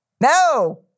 no